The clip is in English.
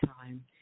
time